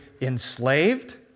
enslaved